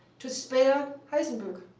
to spare heisenberg.